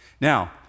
Now